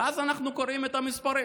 ואז אנחנו קוראים את המספרים